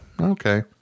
okay